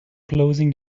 closing